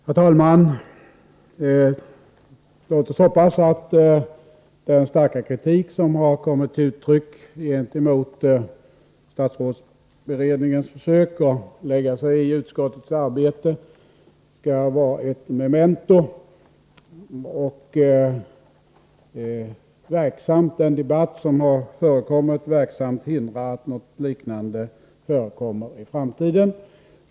Herr talman! Låt oss hoppas att den starka kritik som har kommit till uttryck gentemot statsrådsberedningens försök att lägga sig i utskottets arbete skall vara ett memento och den debatt som förekommit verksamt hindrar att något liknande sker i framtiden.